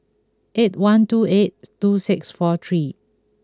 eight one two eight two six four three